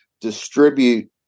distribute